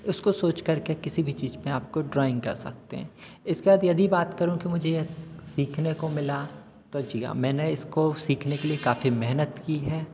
इसको सोच कर के किसी भी चीज में आपको ड्राइंग कर सकते हैं इसके बाद यदि बात करूँ कि मुझे यह सीखने को मिला तो जी हाँ मैंने इसको सीखने के लिए काफ़ी मेहनत की है